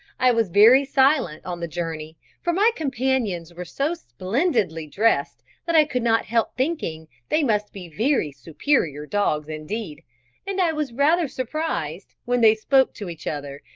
i was very silent on the journey, for my companions were so splendidly dressed that i could not help thinking they must be very superior dogs indeed and i was rather surprised, when they spoke to each other,